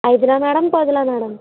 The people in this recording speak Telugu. ఐదులా మేడమ్ పదులా మేడమ్